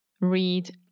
Read